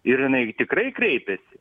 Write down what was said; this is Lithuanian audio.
ir jinai tikrai kreipiasi